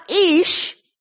Ish